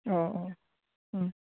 अह uh उम